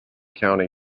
county